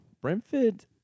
Brentford